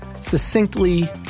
succinctly